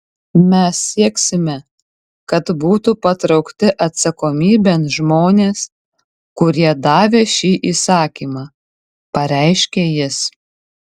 mes sieksime kad būtų patraukti atsakomybėn žmonės kurie davė šį įsakymą pareiškė jis